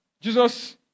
Jesus